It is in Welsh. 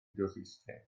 dwristiaid